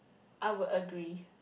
I would agree